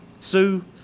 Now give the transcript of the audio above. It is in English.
Sue